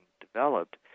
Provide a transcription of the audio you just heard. developed